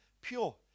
pure